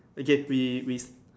okay we we